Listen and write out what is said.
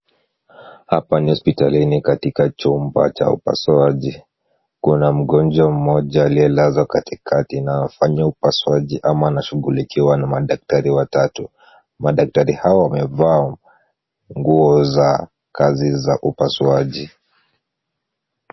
Hapa ni hospitalini katika chumba cha upasuaji. Kuna mgonjwa mmoja aliyelazwa katikati na anafanyiwa upasuaji ama anashughulikiwa na madaktari watatu. Madaktari hawa wamevaa nguo za kazi za upasuaji.